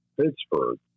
Pittsburgh